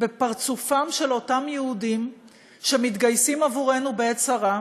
בפרצופם של אותם יהודים שמתגייסים עבורנו בעת צרה,